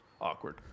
awkward